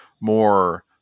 more